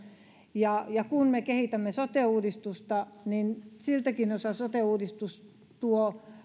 ja ja kun me kehitämme sote uudistusta niin siltäkin osaa sote uudistus tuo